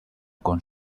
con